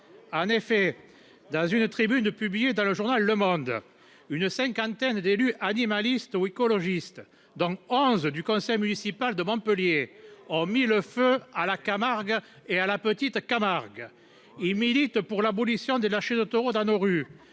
En effet, dans une tribune publiée dans le journal, une cinquantaine d'élus animalistes ou écologistes, dont 11 sont membres du conseil municipal de Montpellier, ont mis le feu à la Camargue et à la Petite Camargue. Ils militent pour l'abolition des lâchers de taureaux dans nos rues,